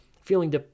feeling